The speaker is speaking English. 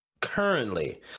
Currently